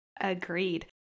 Agreed